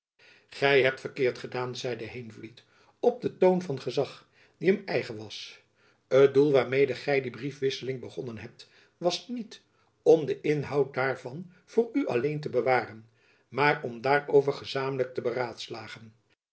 gy hebt verkeerd gedaan zeide heenvliet op den toon van gezach die hem eigen was het doel waarmede gy die briefwisseling begonnen hebt was niet om den inhoud daarvan voor u alleen te bewaren maar om daarover gezamenlijk te beraadslagen